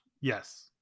yes